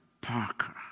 Parker